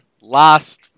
last